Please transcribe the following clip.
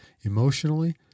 Emotionally